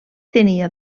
tenia